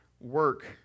work